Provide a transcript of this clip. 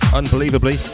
unbelievably